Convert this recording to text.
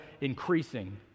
increasing